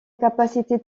capacité